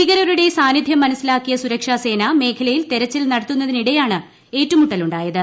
ഭീകരരുടെ സാന്നിധ്യം മനസ്സിലാക്കിയ സുരക്ഷാസേന മേഖലയിൽ തെരച്ചിൽ നട്ടത്തുന്നതിനിടെയാണ് ഏറ്റുമുട്ടലുണ്ടായത്